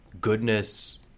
goodness